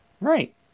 Right